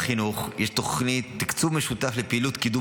בחינוך יש תוכנית לתקצוב משותף לקידום